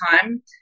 time